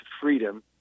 freedom